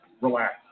relax